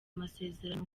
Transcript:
amasezerano